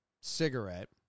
cigarette